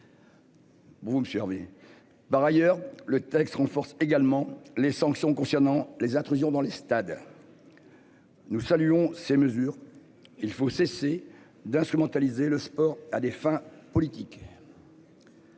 monsieur Hermier. Par ailleurs, le texte renforce également les sanctions concernant les intrusions dans les stades. Nous saluons ces mesures, il faut cesser d'instrumentaliser le sport à des fins politiques.